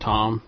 Tom